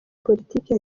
politiki